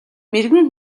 мэргэн